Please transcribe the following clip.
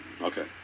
Okay